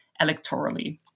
electorally